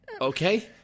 Okay